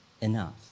enough